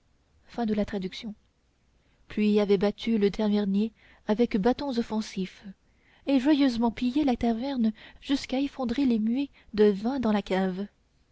puis avaient battu le tavernier avec bâtons offensifs et joyeusement pillé la taverne jusqu'à effondrer les muids de vin dans la cave